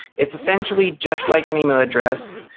is essentially just like an email address,